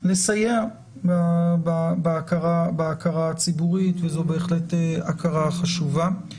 לסייע בהכרה הציבורית וזו בהחלט הכרה חשובה.